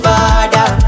Father